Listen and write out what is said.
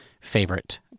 favorite